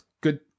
good